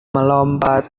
melompat